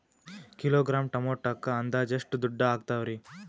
Kilogram ಟೊಮೆಟೊಕ್ಕ ಅಂದಾಜ್ ಎಷ್ಟ ದುಡ್ಡ ಅಗತವರಿ?